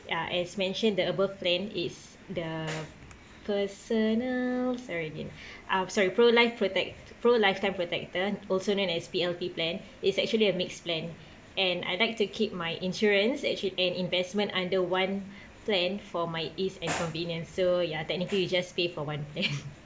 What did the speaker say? ya as mentioned the above plan is the personal sorry again uh sorry pro life protect pro lifetime protector also known as P_L_T plan it's actually a mixed plan and I like to keep my insurance actually and investment under one plan for my ease and convenience so ya technically you just pay for one then